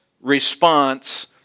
response